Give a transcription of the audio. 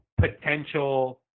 potential